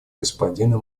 господина